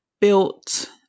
built